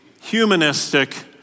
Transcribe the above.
humanistic